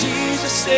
Jesus